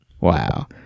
Wow